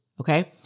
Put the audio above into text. Okay